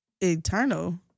Eternal